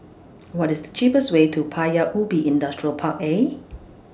What IS The cheapest Way to Paya Ubi Industrial Park A